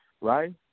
right